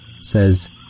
says